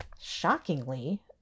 shockingly